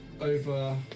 over